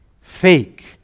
Fake